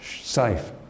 safe